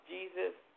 Jesus